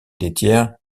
laitière